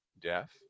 death